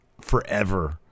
forever